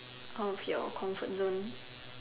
out of your comfort zone